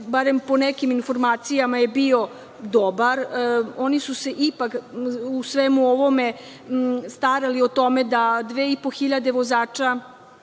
barem po nekim informacijama, bio dobar. Oni su se ipak u svemu ovome starali o tome da dve i po hiljade vozača